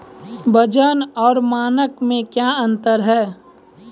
वजन और मानक मे क्या अंतर हैं?